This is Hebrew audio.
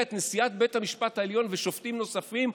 את נשיאת בית המשפט העליון ושופטים נוספים,